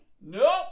Nope